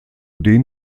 den